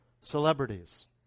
celebrities